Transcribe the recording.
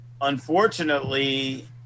unfortunately